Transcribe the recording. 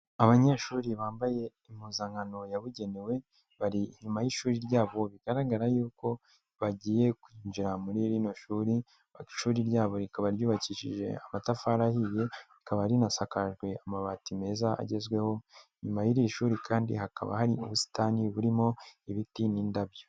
Abanyeshuri bambaye impuzankano yabugenewe, bari inyuma y'ishuri ryabo bigaragara y'uko bagiye kwinjira muri iryo shuri, ishuri ryabo rikaba ryubakishije amatafari ahiye rikaba rinasakajwe amabati meza agezweho, inyuma y'iri shuri kandi hakaba hari ubusitani burimo ibiti n'indabyo.